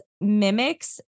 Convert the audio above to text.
mimics